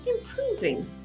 improving